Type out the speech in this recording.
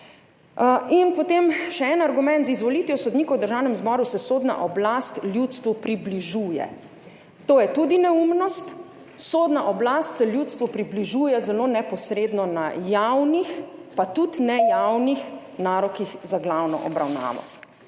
In potem še en argument – z izvolitvijo sodnikov v Državnem zboru se sodna oblast ljudstvu približuje. Tudi to je neumnost. Sodna oblast se ljudstvu približuje zelo neposredno na javnih, pa tudi nejavnih narokih za glavno obravnavo.